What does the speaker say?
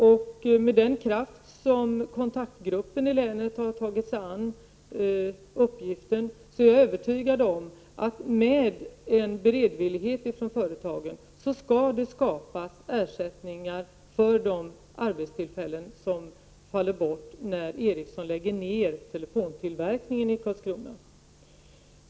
Med tanke på den kraft med vilken kontaktgruppen i länet har tagit sig an uppgiften är jag övertygad om att med en beredvillighet från företagen skall det skapas ersättningar för de arbetstillfällen som faller bort när Ericsson lägger ned telefontillverkningen i Karlskrona.